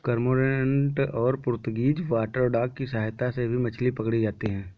cormorant और Portuguese water dog की सहायता से भी मछली पकड़ी जाती है